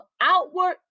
outward